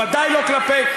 ודאי לא כלפי,